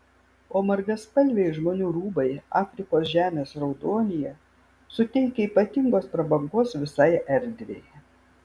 o margaspalviai žmonių rūbai afrikos žemės raudonyje suteikia ypatingos prabangos visai erdvei